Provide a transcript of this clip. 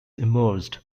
emerged